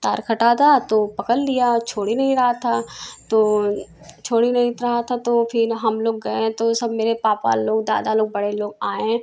तार कटा था तो पकड़ लिया छोड़ ही नहीं रहा था तो छोड़ ही नहीं रहा था तो फिर हम लोग गए तो वो सब मेरे पापा लोग दादा लोग बड़े लोग आएं